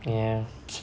ya